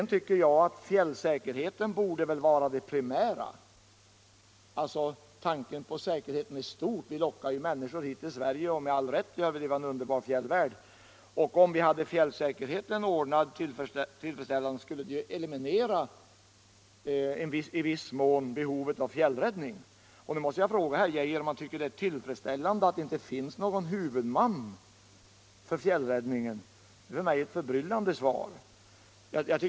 Jag tycker sedan att fjällsäkerheten borde vara det primära — tanken på säkerheten i stort. Vi lockar människor hit till Sverige —- med all rätt eftersom vi har en underbar fjällvärld — och om fjällsäkerheten var ordnad tillfredsställande så skulle det i viss mån eliminera behovet av fjällräddning. Då måste jag fråga herr Geijer om han tycker det är tillfredsställande att det inte finns någon huvudman för fjällräddningen. Detta är för mig en förbryllande uppgift.